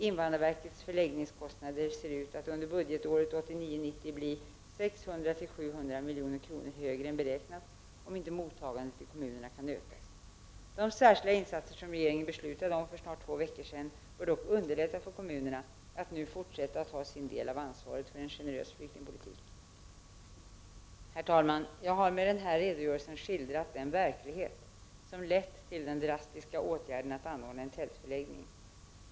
Invandrarverkets förläggningskostnader ser ut att under budgetåret 1989/90 bli 600-700 milj.kr. högre än beräknat, om inte mottagandet i kommunerna kan ökas. De särskilda insatser som regeringen beslutade om för snart två veckor sedan bör dock underlätta för kommunerna att nu fortsätta ta sin del av ansvaret för en generös flyktingpolitik. Herr talman! Jag har med denna redogörelse skildrat den verklighet som lett till den drastiska åtgärden att anordna tältförläggning.